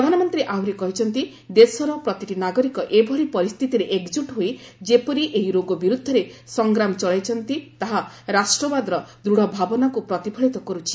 ପ୍ରଧାନମନ୍ତ୍ରୀ ଆହୁରି କହିଛନ୍ତି ଦେଶର ପ୍ରତିଟି ନାଗରିକ ଏଭଳି ପରିସ୍ଥିତିରେ ଏକଜୁଟ୍ ହୋଇ ଯେପରି ଏହି ରୋଗ ବିରୁଦ୍ଧରେ ସଂଗ୍ରାମ ଚଳାଇଛନ୍ତି ତାହା ରାଷ୍ଟ୍ରବାଦର ଦୂଢ଼ ଭାବନାକୁ ପ୍ରତିଫଳିତ କରୁଛି